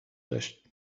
داشت